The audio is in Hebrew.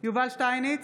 יובל שטייניץ,